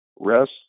Rest